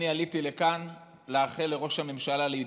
עליתי לכאן לאחל לראש הממשלה להידבק.